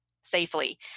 safely